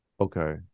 Okay